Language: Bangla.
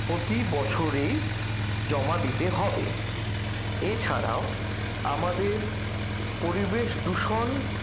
প্রতি বছরেই জমা দিতে হবে এছাড়াও আমাদের পরিবেশ দূষণ